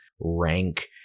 rank